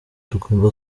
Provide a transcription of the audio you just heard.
tugomba